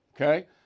Okay